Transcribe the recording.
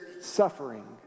suffering